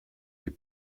est